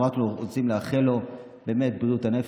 אנחנו רק רוצים לאחל לו באמת בריאות הנפש,